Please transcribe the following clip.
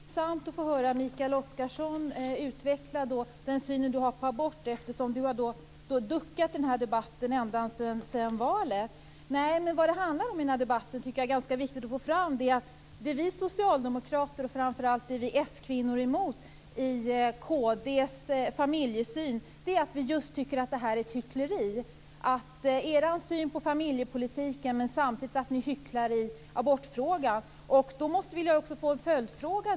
Fru talman! Det var intressant att få höra Mikael Oscarsson utveckla den syn han har på abort eftersom han har duckat i denna debatt ända sedan valet. Vad denna debatt handlar om tycker jag är ganska viktigt att få fram. Vi socialdemokrater, och framför allt vi s-kvinnor, tycker att just detta i kd:s familjesyn är ett hyckleri. Ni har en syn på familjepolitiken, men ni hycklar samtidigt i abortfrågan. Jag vill också ställa en följdfråga.